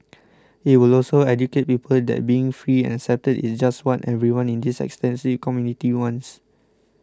it will also educate people that being free and accepted is just what everyone in this extensive community wants